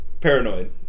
Paranoid